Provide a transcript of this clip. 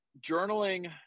journaling